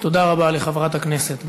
תודה רבה לחברת הכנסת גרמן.